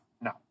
no